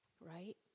right